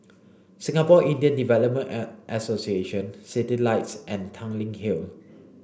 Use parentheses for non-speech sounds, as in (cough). Singapore Indian Development (unintelligible) Association Citylights and Tanglin Hill